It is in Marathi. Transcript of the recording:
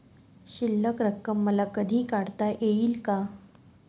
शिल्लक रक्कम मला कधी काढता येईल का?